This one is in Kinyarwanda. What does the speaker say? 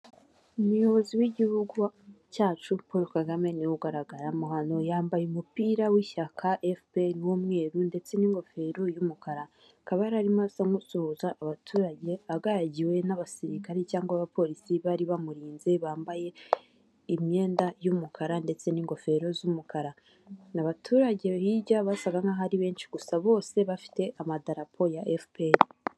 Umuyobozi w'igihugu cyacu Paul Kagame niwe ugaragaramo hano, yambaye umupira w'ishyaka efuperi (FPR) w'umweru ndetse n'ingofero y'umukara akaba yarimo aza asa nkusuhuza abaturage ,agaragiwe n'abasirikare cyangwa abaporisi bari bamurinze bambaye imyenda y'umukara ndetse n'ingofero z'umukara ,abaturage bo hirya basaga nk'aho bari benshi gusa bose bafite amadarapo ya efuperi (FPR).